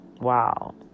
Wow